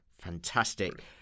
Fantastic